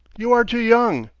you are too young,